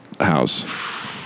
house